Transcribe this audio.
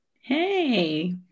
Hey